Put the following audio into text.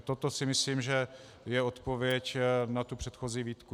Toto si myslím, že je odpověď na předchozí výtku.